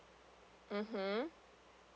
(uh huh)